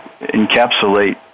encapsulate